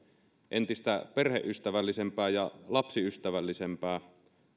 entistä perheystävällisempää ja lapsiystävällisempää